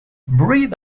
breed